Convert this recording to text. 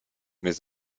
mes